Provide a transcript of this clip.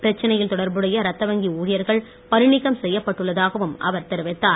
பிரச்னையில் தொடர்புடைய ரத்த வங்கி ஊழியர்கள் பணிநீக்கம் செய்யப்பட்டுள்ளதாகவும் அவர் தெரிவித்தார்